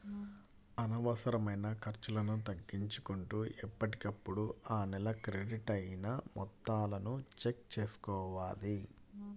అనవసరమైన ఖర్చులను తగ్గించుకుంటూ ఎప్పటికప్పుడు ఆ నెల క్రెడిట్ అయిన మొత్తాలను చెక్ చేసుకోవాలి